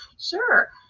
Sure